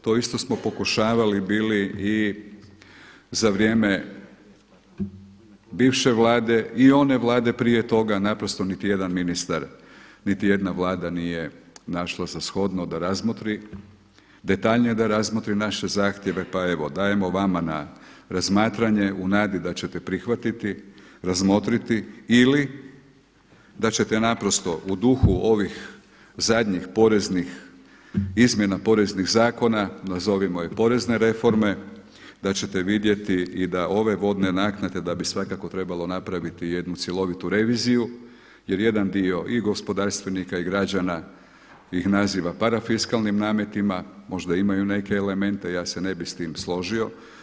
To isto smo pokušavali bili i za vrijeme biše Vlade i one vlade prije toga naprosto niti jedan ministar niti jedna vlada nije našla za shodno da razmotri, detaljnije da razmotri naše zahtjeve pa evo dajemo vama na razmatranje u nadi da ćete prihvatiti, razmotriti ili da ćete naprosto u duhu ovih zadnjih poreznih izmjena poreznih zakona, nazovimo je porezne reforme da ćete vidjeti i da ove vodne naknade da bi svakako trebalo napraviti jednu cjelovitu reviziju jer jedan dio i gospodarstvenika i građana ih naziva parafiskalnim nametima, možda imaju neke elemente, ja se ne bih s tim složio.